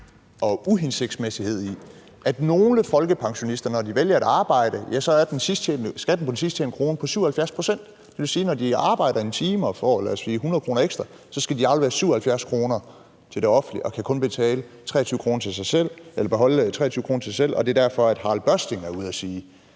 og uhensigtsmæssighed i, at for nogle folkepensionister, når de vælger at arbejde, så er skatten på den sidsttjente krone på 77 pct.; det vil sige, at når de arbejder en time og får, lad os sige 100 kr. ekstra, så skal de aflevere 77 kr. til det offentlige og kan altså kun beholde 23 kr. til sig selv. Det er derfor, Harald Børsting er ude at sige,